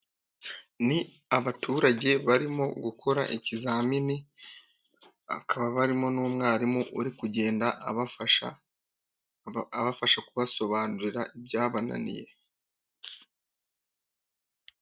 Ni abaturage barimo gukora ikizamini akaba barimo n'umwarimu uri kugenda abafasha, abafasha kubasobanurira ibyabananiye.